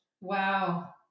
Wow